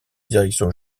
direction